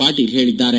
ಪಾಟೀಲ್ ಹೇಳಿದ್ದಾರೆ